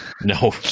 No